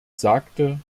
sagte